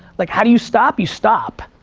like, how do you stop, you stop.